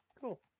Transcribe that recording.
Cool